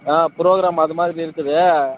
ஆ programme அது மாதிரி இருக்குது